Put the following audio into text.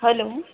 hello